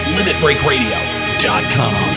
Limitbreakradio.com